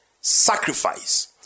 sacrifice